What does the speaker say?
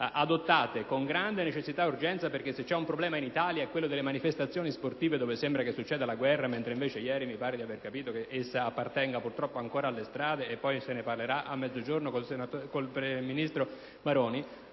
adottate con grande necessità e urgenza (se c'è un problema in Italia è quello delle manifestazioni sportive, dove sembra che succeda la guerra, mentre ieri mi sembra di aver capito che essa appartenga purtroppo ancora alle strade: ma se ne parlerà a mezzogiorno con il ministro Maroni),